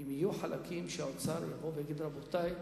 אם יהיו חלקים שהאוצר יבוא ויגיד: רבותי,